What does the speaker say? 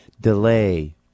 Delay